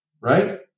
right